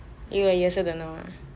因为 you also don't know ah